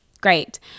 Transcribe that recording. Great